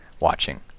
watching